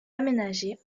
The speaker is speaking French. aménagé